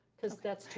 because that's too